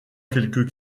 quelques